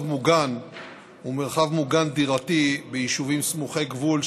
מוגן ומרחב מוגן דירתי ביישובים סמוכי גבול),